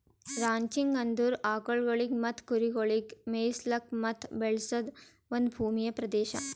ranching ಅಂದುರ್ ಆಕುಲ್ಗೊಳಿಗ್ ಮತ್ತ ಕುರಿಗೊಳಿಗ್ ಮೆಯಿಸ್ಲುಕ್ ಮತ್ತ ಬೆಳೆಸದ್ ಒಂದ್ ಭೂಮಿಯ ಪ್ರದೇಶ